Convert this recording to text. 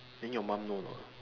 then your mum know or not